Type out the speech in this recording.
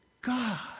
God